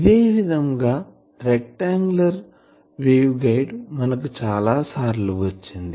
ఇదేవిధం గా rectangular wave guide మనకు చాలా సార్లు వచ్చింది